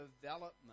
development